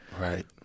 right